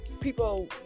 people